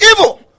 evil